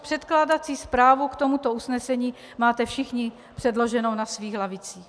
Předkládací zprávu k tomuto usnesení máte všichni předloženou na svých lavicích.